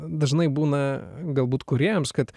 dažnai būna galbūt kūrėjams kad